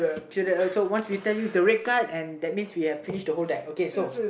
uh so once we tell you it's the red card and that means we have finished the whole deck